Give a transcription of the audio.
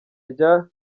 rya